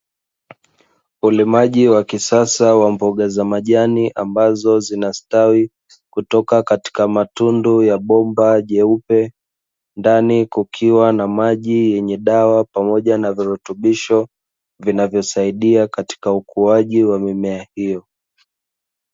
Ulimaji wa kisasa wa mboga za majani ambazo zinastawi kutoka katika matundu ya bomba jeupe ndani kukiwa na maji yenye dawa pamoja na virutubisho vinavyosaidia katika ukuaji wa mimea hiyo.